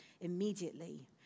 immediately